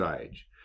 age